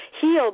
heal